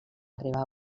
arribar